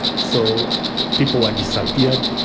so people are disappeared,